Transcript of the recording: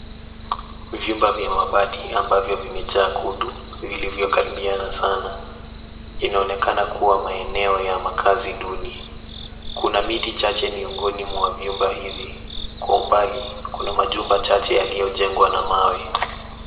Vyumba vya mabati ambavyo vimejaa kutu vilivyo karibiana sana, inaonekana kuwa maeneo ya makazi duni. Kuna miti chache miongoni mwa vyumba hivi, kwa umbali kuna nyumba chache yaliyo jengwa na mawe.